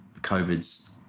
COVID's